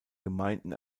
gemeinden